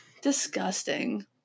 disgusting